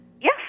yes